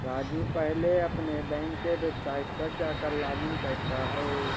राजू पहले अपने बैंक के वेबसाइट पर जाकर लॉगइन करता है